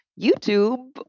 YouTube